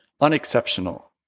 unexceptional